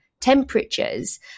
temperatures